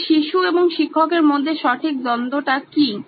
এবং শিশু এবং শিক্ষকের মধ্যে সঠিক দ্বন্দ্ব টা কি